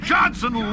Johnson